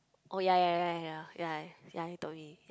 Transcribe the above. oh ya ya ya ya ya ya you told me